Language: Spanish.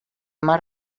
más